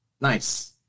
Nice